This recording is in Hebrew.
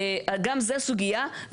גם זו סוגייה,